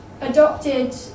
adopted